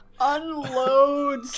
unload